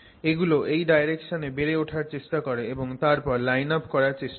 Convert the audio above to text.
এগুলো এই ডাইরেকশনে বেড়ে ওঠার চেষ্টা করে এবং তারপর লাইন আপ করার চেষ্টা করে